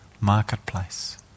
marketplace